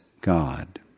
God